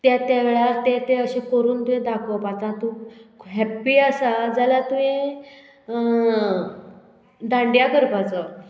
त्या त्या वेळार तें तें अशें करून तुवें दाखोवपाचो तूं हॅप्पी आसा जाल्यार तुयें दांडिया करपाचो